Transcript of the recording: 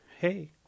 Hey